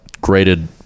graded